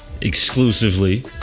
Exclusively